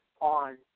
on